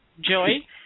Joey